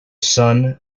sun